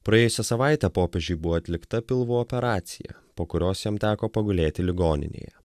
praėjusią savaitę popiežiui buvo atlikta pilvo operacija po kurios jam teko pagulėti ligoninėje